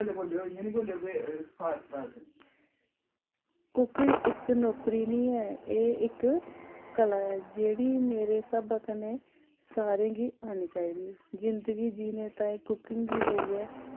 cooking इक नौकरी निं ऐ एह् इक कला ऐ जेह्ड़ी मेरे स्हाबा कन्नै सारें गी औनी चाहिदी जिंदगी जीने ताईं कुकिंग गी लेइयै